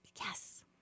Yes